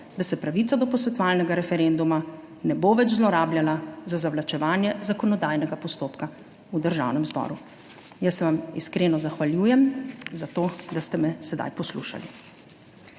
da se pravica do posvetovalnega referenduma ne bo več zlorabljala za zavlačevanje zakonodajnega postopka v Državnem zboru. Jaz se vam iskreno zahvaljujem za to, da ste me sedaj poslušali.